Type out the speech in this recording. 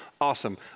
Awesome